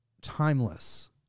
timeless